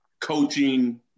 coaching